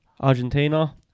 Argentina